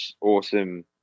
awesome